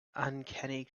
uncanny